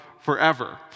forever